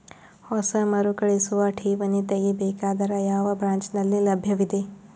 ಹೊಸ ಮರುಕಳಿಸುವ ಠೇವಣಿ ತೇಗಿ ಬೇಕಾದರ ಯಾವ ಬ್ರಾಂಚ್ ನಲ್ಲಿ ಲಭ್ಯವಿದೆ?